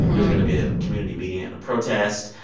there's going to be a community meeting and a protest.